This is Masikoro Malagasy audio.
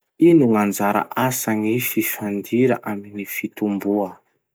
Ino gn'anjara asan'ny fifandira amin'ny fitomboa?